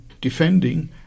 defending